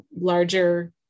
larger